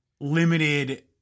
limited